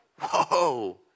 whoa